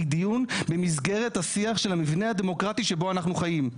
הוא דיון במסגרת השיח של המבנה הדמוקרטי שבו אנחנו חיים.